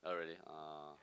oh really [oh}